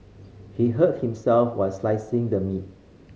he hurt himself while slicing the meat